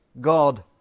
God